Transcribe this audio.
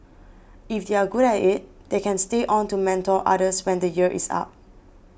if they are good at it they can stay on to mentor others when the year is up